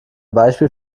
beispiel